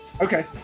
Okay